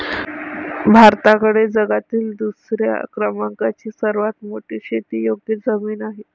भारताकडे जगातील दुसऱ्या क्रमांकाची सर्वात मोठी शेतीयोग्य जमीन आहे